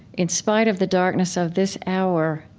in spite of the darkness of this hour,